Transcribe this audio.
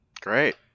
Great